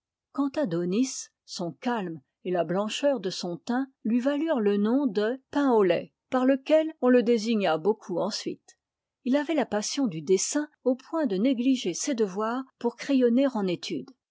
quant à daunis son calme et la blancheur de son teint lui valurent le nom de painau lait par lequel on le désigna beaucoup ensuite il avait la passion du dessin au point de négliger ses devoirs pour crayonner en étude